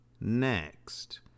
Next